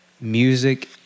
music